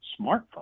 smartphone